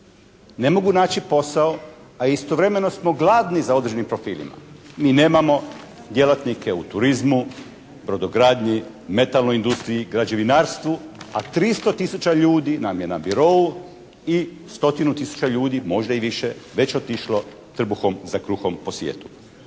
Ne mogu naći posao, a istovremeno smo gladi za određenim profilima. Mi nemamo djelatnike u turizmu, brodogradnji, metalnoj industriji, građevinarstvu, a 300 tisuća ljudi nam je na birou i 100 tisuća ljudi možda i više je već otišlo trbuhom za kruhom po svijetu.